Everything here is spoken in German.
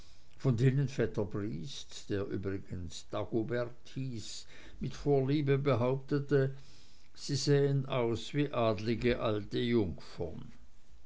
von denen vetter briest der übrigens dagobert hieß mit vorliebe behauptete sie sähen aus wie adlige alte jungfern